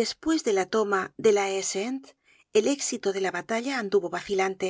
despues de la toma de la haie sainte el éxito de la batalla anduvo vacilante